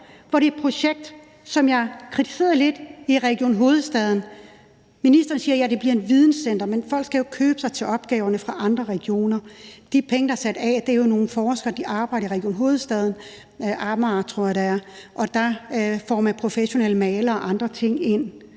det projekt, som jeg kritiserede lidt, i Region Hovedstaden. Ministeren siger: Det bliver et videncenter. Men folk skal jo købe sig til opgaverne fra andre regioner. De penge, der er sat af, er jo til nogle forskere, der arbejder i Region Hovedstaden – Amager, tror jeg det er – og der får man professionelle malere og andre ind.